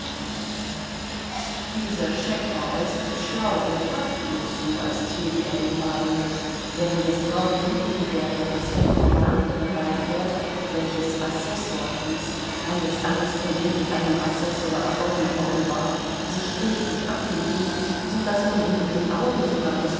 dieser scheck war äußerst schlau und tat bloß so als zöge er den wagen mit während das braune mittelpferd und das hellbraune andere beipferd welches assessor hieß weil es einst von irgendeinem assessor erworben worden war sich redlich abmühten so daß man in ihren augen sogar das